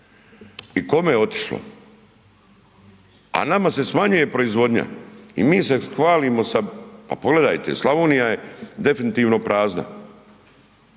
i kome je otišlo, a nama se smanjuje proizvodnja i mi se hvalimo sa, pa pogledajte, Slavonija je definitivno prazna.